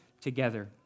together